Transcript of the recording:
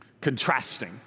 contrasting